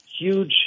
Huge